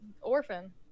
orphan